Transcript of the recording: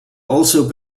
also